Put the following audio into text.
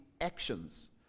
actions